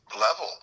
level